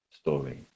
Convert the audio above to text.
story